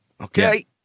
Okay